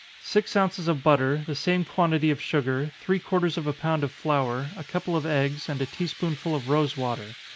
six ounces of butter, the same quantity of sugar, three-quarters of a pound of flour, a couple of eggs, and a tea-spoonful of rosewater.